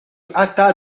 hâta